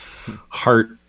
Heart